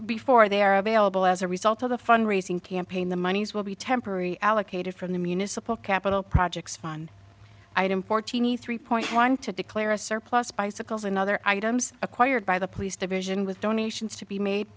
before they are available as a result of the fund raising campaign the monies will be temporary allocated from the municipal capital projects fun item fourteen e three point one to declare a surplus bicycles and other items acquired by the police division with donations to be made